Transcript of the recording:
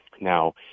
now